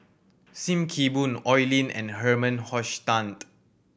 Sim Kee Boon Oi Lin and Herman Hochstadt